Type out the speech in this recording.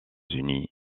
unis